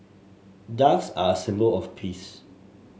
ducks are a symbol of peace